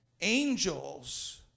angels